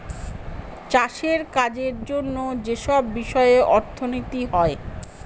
চাষের কাজের জন্য যেসব বিষয়ে অর্থনীতি হয়